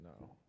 no